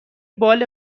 بال